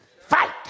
fight